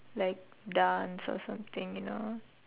like dance or something you know